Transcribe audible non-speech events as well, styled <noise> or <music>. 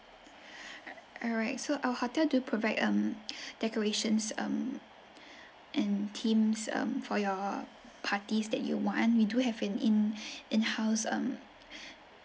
alright so our hotel do provide um decorations um and themes um for your parties that you want we do have an in <breath> in house um